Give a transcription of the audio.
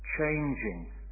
changing